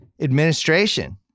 Administration